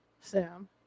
Sam